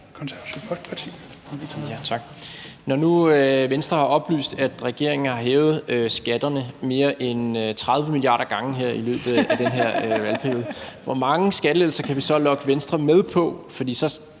Når nu Venstre har oplyst, at regeringen har hævet skatterne mere end 30 milliarder gange her i løbet af den her valgperiode (Munterhed), hvor mange skattelettelser kan vi så lokke Venstre med på,